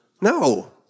No